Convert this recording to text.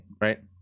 right